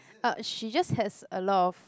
uh she just has a lot of